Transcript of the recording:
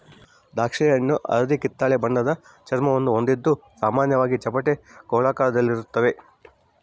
ದ್ರಾಕ್ಷಿಹಣ್ಣು ಹಳದಿಕಿತ್ತಳೆ ಬಣ್ಣದ ಚರ್ಮವನ್ನು ಹೊಂದಿದ್ದು ಸಾಮಾನ್ಯವಾಗಿ ಚಪ್ಪಟೆ ಗೋಳಾಕಾರದಲ್ಲಿರ್ತಾವ